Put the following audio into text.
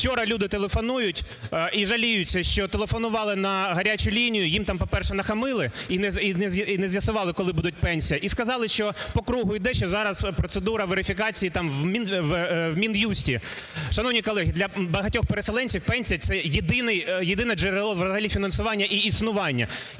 Вчора люди телефонують і жаліються, що телефонували на гарячу лінію, їм там, по-перше, нахамили і не з'ясували, коли буде пенсія, і сказали, що по кругу йде, що зараз процедура верифікації, там, в Мін'юсті. Шановні колеги, для багатьох переселенців пенсія – це єдине джерело взагалі фінансування і існування.